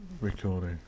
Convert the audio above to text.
recording